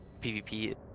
PvP